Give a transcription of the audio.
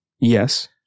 Yes